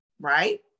right